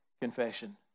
confession